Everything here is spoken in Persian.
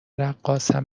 رقاصم